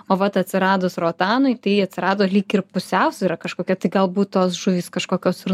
o vat atsiradus rotanui tai atsirado lyg ir pusiausvyra kažkokia tai galbūt tos žuvys kažkokios ir